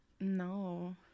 no